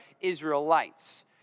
Israelites